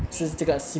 okay